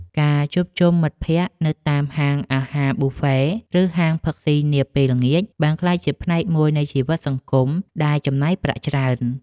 ការជួបជុំមិត្តភក្តិនៅតាមហាងអាហារប៊ូហ្វេ ឬហាងផឹកស៊ីនាពេលល្ងាចបានក្លាយជាផ្នែកមួយនៃជីវិតសង្គមដែលចំណាយប្រាក់ច្រើន។